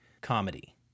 comedy